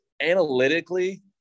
analytically